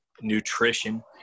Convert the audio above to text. nutrition